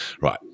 right